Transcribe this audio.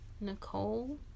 Nicole